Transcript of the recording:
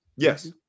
Yes